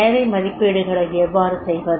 தேவை மதிப்பீடுகளை எவ்வாறு செய்வது